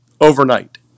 overnight